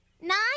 Nine